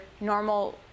normal